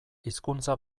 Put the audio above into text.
hizkuntza